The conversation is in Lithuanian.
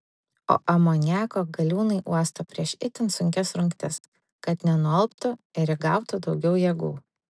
o amoniako galiūnai uosto prieš itin sunkias rungtis kad nenualptų ir įgautų daugiau jėgų